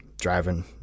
driving